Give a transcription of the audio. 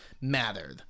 mattered